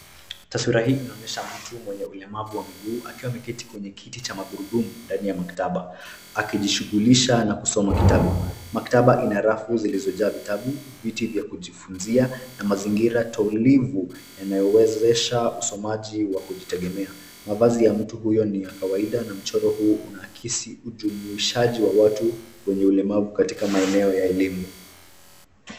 Taswira hii inaonyesha mtu mwenye ulemavu wa miguu akiwa ameketi kwenye kiti cha magurudumu ndani ya maktaba; akijishughulisha na kusoma kitabu. Maktaba ina rafu ziliyojaa vitabu ,viti vya kujifunzia na mazingira tulivu yanayowezesha usomaji wa kujitegemea. Mavazi yake ni ya kawaida na mchoro huu unaakisi ujumuishaji wa watu wenye ulemavu katika maeneo ya elimu.